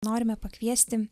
norime pakviesti